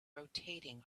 rotating